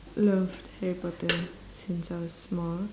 loved harry potter since I was small